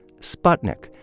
Sputnik